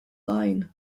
line